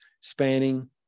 spanning